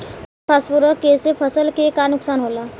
Phosphorus के से फसल के का नुकसान होला?